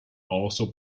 also